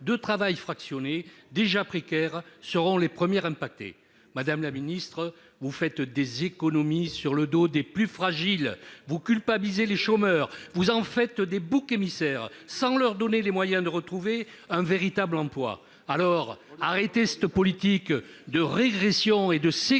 de travail fractionné, déjà précaires, seront les premières impactées. Madame la ministre, vous faites des économies sur le dos des plus fragiles ! Vous culpabilisez les chômeurs, vous en faites des boucs émissaires, sans leur donner les moyens de retrouver un véritable emploi. Arrêtez cette politique de régression et de ségrégation